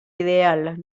ideal